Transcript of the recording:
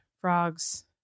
frogs